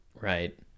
Right